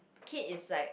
kid is like